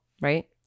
right